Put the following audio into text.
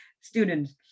students